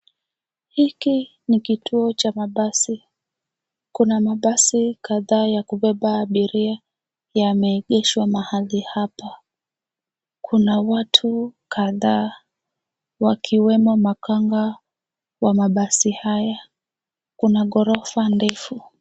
Hiki ni kituo cha mabasi. Kuna mabasi kadhaa ya kubeba abiria, yameegeshwa mahali hapa. Kuna watu kadhaa wakiwemo makanga wa mabasi haya. Kuna ghorofa ndefu.